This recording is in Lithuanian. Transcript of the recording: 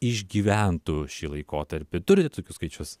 išgyventų šį laikotarpį turit tokius skaičius